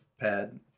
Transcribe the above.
pad